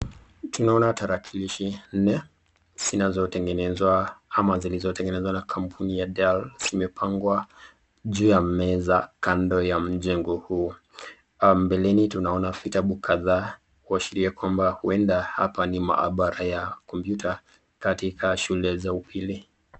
Tunaona tarakilishi nne zinazotengenezwa ama zilizoyengenezwa na kampuni ya dell, imepangwa juu ya meza kando ya mchengo huu, mbeleni tunaona vitabu kadhaa kuashiria kwamba huenda hapa ni maabara ya kompyuta katika shule za upili.